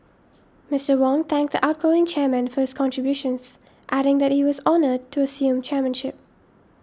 Mister Wong thanked the outgoing chairman for his contributions adding that he was honoured to assume chairmanship